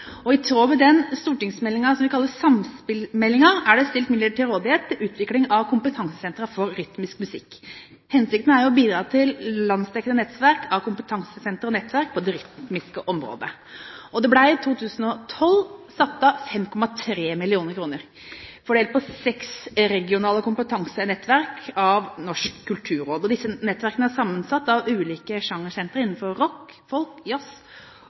tråd med den stortingsmeldingen som vi kaller samspillmeldingen, er det stilt midler til rådighet til utvikling av kompetansesentre for rytmisk musikk. Hensikten er å bidra til landsdekkende nettverk av kompetansesentre og nettverk på det rytmiske området. I 2012 ble det satt av 5,3 mill. kr, fordelt på seks regionale kompetansenettverk av Norsk kulturråd. Disse nettverkene er sammensatt av ulike sjangersentre innenfor rock, folk,